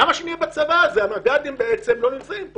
"למה שאני אהיה בצבא הזה כשהמג"דים בעצם לא נמצאים פה,